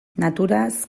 naturaz